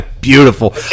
Beautiful